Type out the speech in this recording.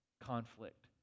conflict